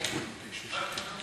מקלב לא פה,